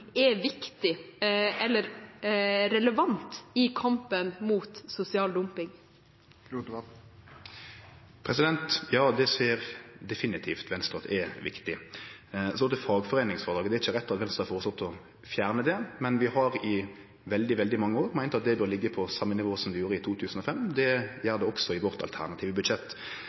er viktig eller relevant i kampen mot sosial dumping? Ja, Venstre ser definitivt at det er viktig. Så til fagforeiningsfrådraget: Det er ikkje rett at Venstre har føreslått å fjerne det, men vi har i veldig, veldig mange år meint at det bør liggje på same nivå som det gjorde i 2005. Det gjer det også i vårt alternative budsjett.